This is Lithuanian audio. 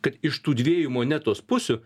kad iš tų dviejų monetos pusių